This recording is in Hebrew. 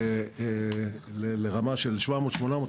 לרמה של 700-800,